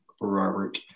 Robert